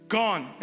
gone